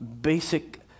basic